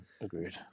Agreed